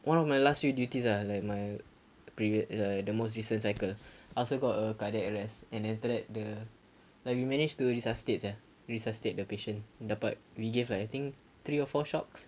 one of my last few duties ah like my previo~ err the most recent cycle I also got a cardiac arrest and then after that the like we managed to resuscitate sia resuscitate the patient dapat we gave like I think three or four shocks